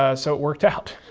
ah so it worked out.